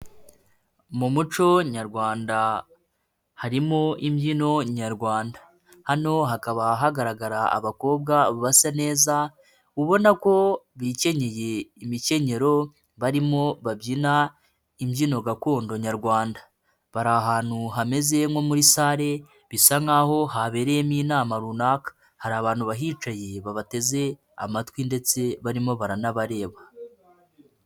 Mu muco nyarwanda harimo imbyino nyarwanda hano hakaba hagaragara abakobwa basa neza ubona ko bikenyeye imikenyero barimo babyina imbyino gakondo nyarwanda, bari ahantu hameze nko muri sale bisa nkaho habereyemo inama runaka, hari abantu bahicaye babateze amatwi ndetse barimo baranabareba.